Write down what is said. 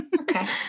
Okay